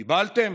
קיבלתם?